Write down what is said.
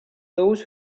those